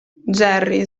jerry